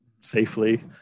safely